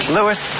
Lewis